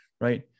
right